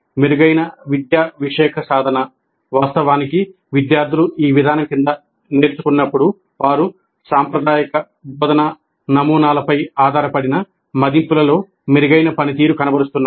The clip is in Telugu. మెరుగైన విద్యావిషయక సాధన వాస్తవానికి విద్యార్థులు ఈ విధానం కింద నేర్చుకున్నప్పుడు వారు సాంప్రదాయిక బోధనా నమూనాలపై ఆధారపడిన మదింపులలో మెరుగైన పనితీరు కనబరుస్తున్నారు